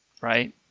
right